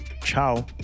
Ciao